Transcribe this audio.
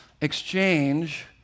exchange